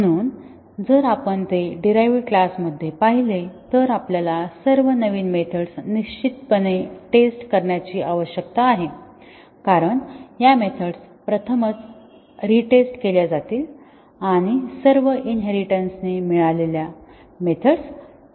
म्हणून जर आपण ते डीरहाईवड क्लास मध्ये पाहिले तर आपल्याला सर्व नवीन मेथड्स निश्चितपणे टेस्ट करण्याची आवश्यकता आहे कारण या मेथड्स प्रथमच रेटेस्ट केल्या जातील आणि सर्व इनहेरिटेन्सने मिळालेल्या मेथड्स टेस्ट होतील